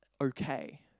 okay